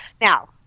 Now